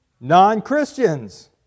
non-Christians